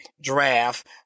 draft